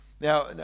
now